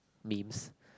memes